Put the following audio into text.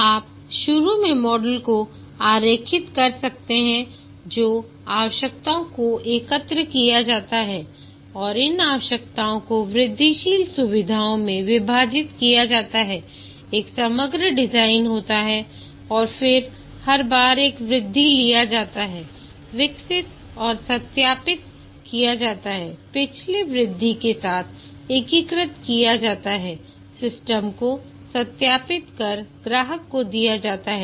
दि आप शुरू में मॉडल को आरेखित कर सकते हैं तो आवश्यकताओं को एकत्र किया जाता है और इन आवश्यकताओं को वृद्धिशील सुविधाओं में विभाजित किया जाता है एक समग्र डिजाइन होता है और फिर हर बार एक वृद्धि लिया जाता है विकसित और सत्यापित किया जाता है पिछले वृद्धि के साथ एकीकृत किया जाता है सिस्टम को सत्यापित कर ग्राहक को दिया जाता है